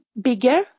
bigger